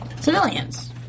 civilians